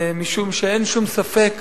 היא שאין שום ספק